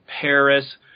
Paris